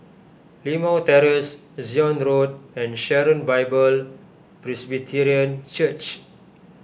Limau Terrace Zion Road and Sharon Bible Presbyterian Church